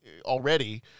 already